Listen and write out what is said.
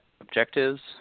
objectives